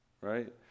Right